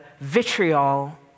vitriol